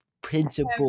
principal